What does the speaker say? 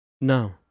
No